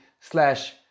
slash